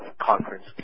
conference